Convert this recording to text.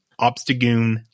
Obstagoon